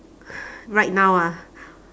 right now ah